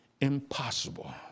impossible